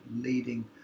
leading